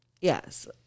Yes